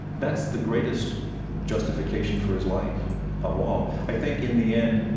that's the greatest justification for his life of all. i think in the end,